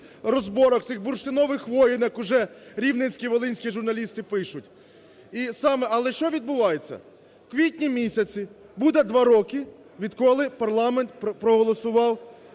розборок, цих бурштинових воєн, як уже рівненські, волинські журналісти пишуть. Але що відбувається? У квітні місяці буде два роки, відколи парламент проголосував